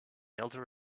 elder